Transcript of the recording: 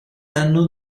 anno